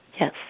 Yes